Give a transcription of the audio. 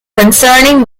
concerning